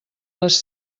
les